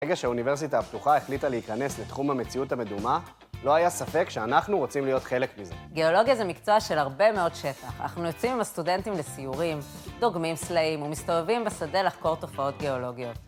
ברגע שהאוניברסיטה הפתוחה החליטה להיכנס לתחום המציאות המדומה, לא היה ספק שאנחנו רוצים להיות חלק מזה. גיאולוגיה זה מקצוע של הרבה מאוד שטח. אנחנו יוצאים עם הסטודנטים לסיורים, דוגמים סלעים ומסתובבים בשדה לחקור תופעות גיאולוגיות.